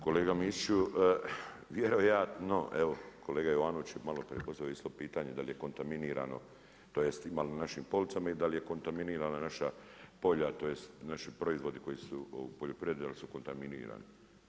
Kolega Mišiću, vjerojatno evo kolega Jovanović je maloprije postavio isto pitanje, da li je kontaminirano tj., ima li na našim policama i da li je kontaminirana naša polja tj., naši proizvodi koji su u poljoprivredi jesu li kontaminirani.